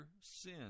sin